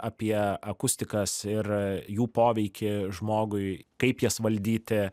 apie akustikas ir jų poveikį žmogui kaip jas valdyti